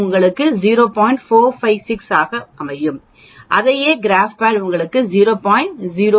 0228 ஆக இரு மடங்காக பெருக்கப்படும் 456 ஆகும் அதையே கிராப்பேட் 0